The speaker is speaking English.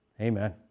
Amen